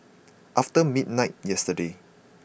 after midnight yesterday